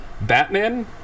Batman